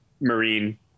Marine